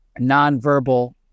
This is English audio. nonverbal